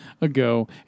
ago